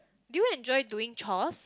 do you enjoy doing chores